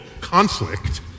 conflict